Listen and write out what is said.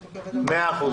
בסדר.